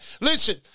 Listen